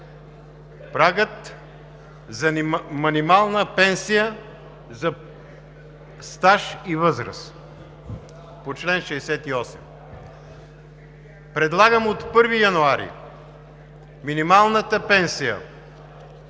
прагът за минимална пенсия за стаж и възраст по чл. 68. Предлагам от 1 януари 2020 г. минималната пенсия